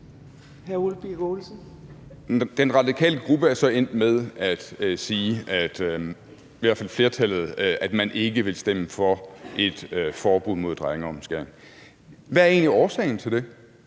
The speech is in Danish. Den radikale gruppe er så endt med at sige, i hvert fald et flertal, at de ikke vil stemme for et forbud mod drengeomskæring. Hvad er egentlig årsagen til det?